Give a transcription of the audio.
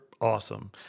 awesome